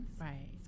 Right